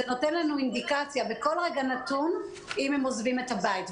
זה נותן לנו אינדיקציה בכל רגע נתון אם הם עוזבים את הבית.